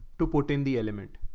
to put in the element.